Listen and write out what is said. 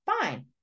fine